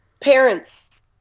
parents